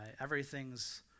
Everything's